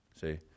see